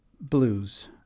blues